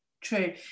true